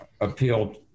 appealed